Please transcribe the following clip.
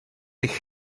eich